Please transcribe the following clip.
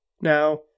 Now